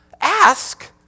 Ask